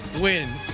win